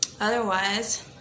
Otherwise